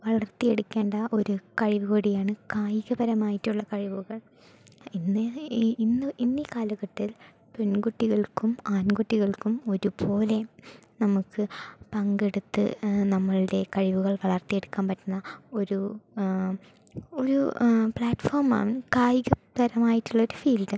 വളർത്തി എടുക്കേണ്ട ഒരു കഴിവ് കൂടിയാണ് കായികപരമായിട്ടുള്ള കഴിവുകൾ ഇന്ന് ഈ ഇന്ന് ഇന്ന് ഈ കാലഘട്ടത്തിൽ പെൺകുട്ടികൾക്കും ആൺകുട്ടികൾക്കും ഒരുപോലെ നമുക്ക് പങ്കെടുത്ത് നമ്മളുടെ കഴിവുകൾ വളർത്തിയെടുക്കാൻ പറ്റുന്ന ഒരു ഒരു പ്ലാറ്റ്ഫോമാണ് കായികപരമായിട്ടുള്ള ഒരു ഫീൽഡ്